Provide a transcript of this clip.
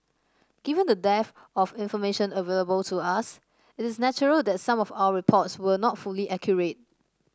given the dearth of information available to us it is natural that some of our reports were not fully accurate